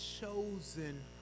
chosen